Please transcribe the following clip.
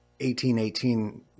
1818